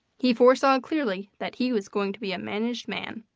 he foresaw clearly that he was going to be a managed man.